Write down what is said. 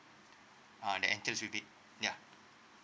uh that enter will be ya